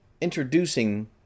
introducing